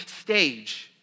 stage